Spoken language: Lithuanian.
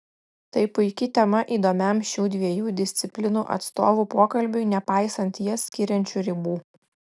tai puiki tema įdomiam šių dviejų disciplinų atstovų pokalbiui nepaisant jas skiriančių ribų